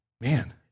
man